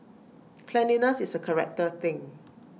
cleanliness is A character thing